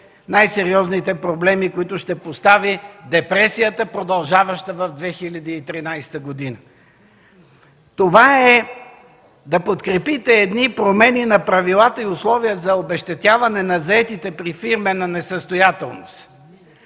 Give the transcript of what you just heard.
най-сериозните проблеми, които ще поставите депресията, продължаваща в 2013 г. Това е да подкрепите едни промени на правилата и условия за обезщетяване на заетите при фирмена несъстоятелност,